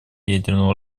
ядерного